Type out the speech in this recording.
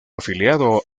afiliado